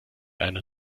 einer